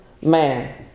man